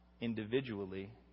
individually